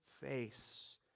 face